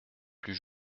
plus